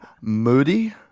Moody